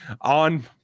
on